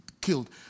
killed